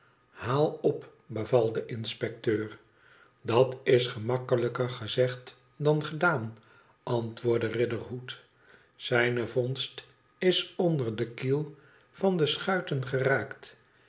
ihaal op beval de inspecteur dat is gemakkelijker gezegd dan gedaan antwoordde riderhood zijne vondst is onder de kiel van de schuiten geraakt